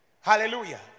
Hallelujah